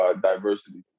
diversity